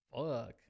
Fuck